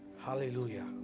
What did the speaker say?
hallelujah